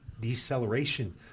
deceleration